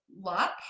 luck